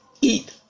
eat